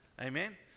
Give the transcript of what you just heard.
Amen